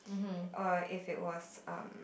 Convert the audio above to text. or if it was um